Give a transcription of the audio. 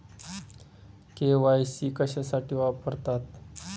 KYC कशासाठी वापरतात?